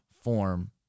form